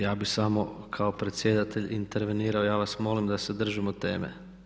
Ja bih samo kao predsjedatelj intervenirao, ja vas molim da se držimo teme.